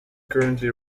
currently